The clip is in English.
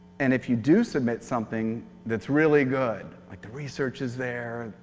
and if you do submit something that's really good, like the research is there,